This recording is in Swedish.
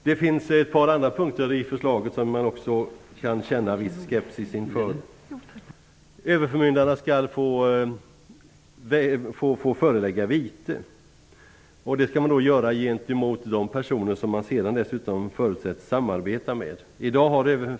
Det finns också ett par andra punkter i förslaget som man kan känna viss skepsis inför. Överförmyndarna skall få utfärda vite gentemot de personer som de sedan förutsätts samarbeta med.